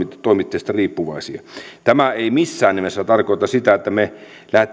toimittajasta riippuvaisia tämä ei missään nimessä tarkoita sitä että me